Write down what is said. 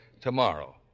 tomorrow